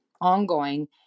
ongoing